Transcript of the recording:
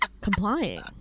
complying